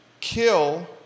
kill